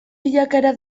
bilakaera